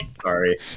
sorry